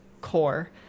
core